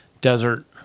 Desert